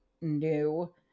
new